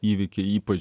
įvykiai ypač